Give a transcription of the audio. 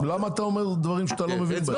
לא נכון, למה אתה אומר דברים שאתה לא מבין בהם?